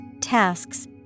tasks